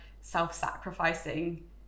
self-sacrificing